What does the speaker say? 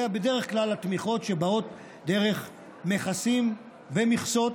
בדרך כלל התמיכות שבאות דרך מכסים ומכסות,